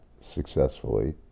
successfully